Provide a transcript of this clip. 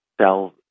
sell